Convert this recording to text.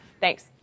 Thanks